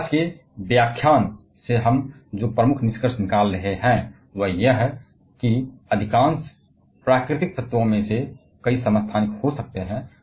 और आज के व्याख्यान से हम जो प्रमुख निष्कर्ष निकाल रहे हैं वह यह है कि नाभिक में अलग अलग संख्या में न्यूट्रॉन की उपस्थिति के कारण अधिकांश प्राकृतिक तत्वों में कई समस्थानिक हो सकते हैं